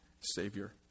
Savior